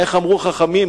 איך אמרו חכמים?